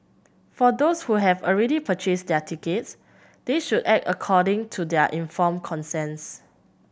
for those who have already purchased their tickets they should act according to their informed conscience